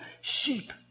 sheep